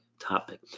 topic